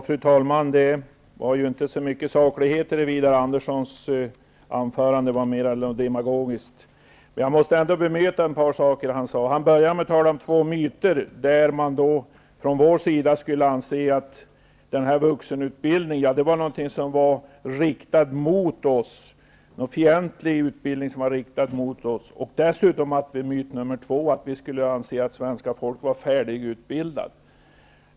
Fru talman! Det var inte så mycket av sakligheter i Widar Anderssons anförande. Det var mera demagogiskt. Jag måste ändå bemöta ett par saker som han sade. Han började med att tala om två myter. Vi skulle anse att vuxenutbildningen var en fientlig utbildning, som riktades mot oss. Myt nummer två bestod i att vi skulle anse att svenska folket var färdigutbildat.